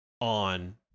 on